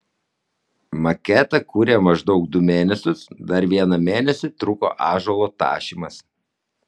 maketą kūrė maždaug du mėnesius dar vieną mėnesį truko ąžuolo tašymas